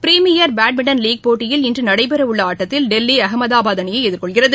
premier badminton league போட்டியில் இன்று நடைபெற உள்ள ஆட்டத்தில் டெல்லி அகமதாபாத் அணியை எதிர்கொள்கிறது